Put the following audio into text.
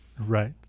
Right